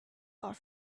are